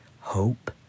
hope